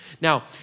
Now